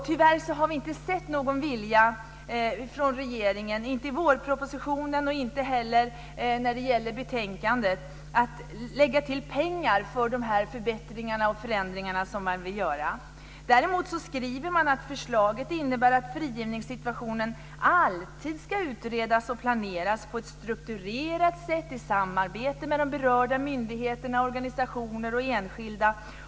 Tyvärr har vi inte sett någon vilja från regeringen, inte i vårpropositionen och inte heller i betänkandet, att lägga till pengar för de förbättringar och förändringar som man vill göra. Däremot skriver man att förslaget innebär att frigivningssituationen alltid ska utredas och planeras på ett strukturerat sätt i samarbete med berörda myndigheter, organisationer och enskilda.